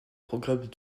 progrès